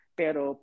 pero